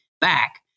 back